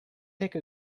take